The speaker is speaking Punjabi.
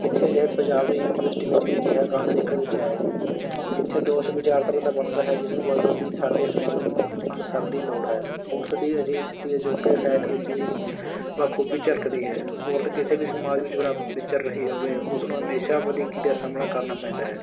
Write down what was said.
ਪਿੱਛੇ ਜਿਹੇ ਪੰਜਾਬੀ ਯੂਨੀਵਰਸਿਟੀ ਵਿੱਚ ਵੀ ਅਜਿਹਾ ਕਾਂਡ ਦੇਖਣ ਵਿੱਚ ਆਇਆ ਸੀ ਇੱਥੇ ਦੋਸ਼ ਵਿਚਾਰਧਾਰਾ ਦਾ ਬਣਦਾ ਹੈ ਜਿਸਨੂੰ ਬਦਲਣ ਦੀ ਸਾਡੇ ਸਮਾਜ ਨੂੰ ਅਣ ਸਰਦੀ ਲੋੜ ਹੈ ਔਰਤ ਦੀ ਅਜਿਹੀ ਸਥਿਤੀ ਅਜੋਕੇ ਸਾਹਿਤ ਵਿੱਚ ਵੀ ਬਾਖੂਬੀ ਝਲਕਦੀ ਹੈ ਔਰਤ ਕਿਸੇ ਵੀ ਸਮਾਜ ਵਿੱਚ ਬਰਾ ਵਿਚਰ ਰਹੀ ਹੋਵੇ ਉਸ ਨੂੰ ਹਮੇਸ਼ਾ ਵਧੀਕੀ ਦਾ ਸਾਹਮਣਾ ਕਰਨਾ ਪੈਂਦਾ ਹੈ